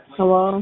Hello